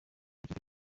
ikipe